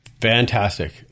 Fantastic